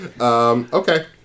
Okay